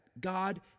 God